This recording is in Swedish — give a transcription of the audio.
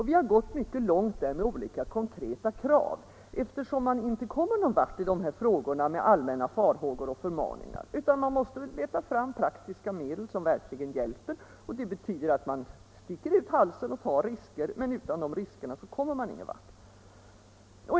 Vi har gått mycket långt med konkreta krav, eftersom man inte kommer någon vart i dessa frågor med allmänna farhågor och förmaningar, utan man måste leta fram praktiska medel som verkligen hjälper. Det-betyder att man sticker ut halsen och tar risker - men utan desa risker kommer man ingen vart.